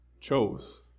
chose